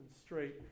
straight